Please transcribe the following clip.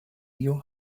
your